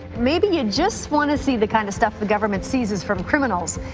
maybe ya just wanna see the kind of stuff the government seizes from criminals.